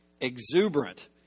exuberant